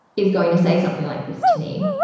is going to say something like this to me,